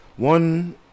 One